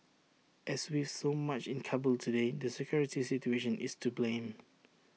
as with so much in Kabul today the security situation is to blame